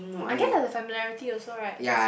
I get the familiarity also right